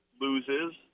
loses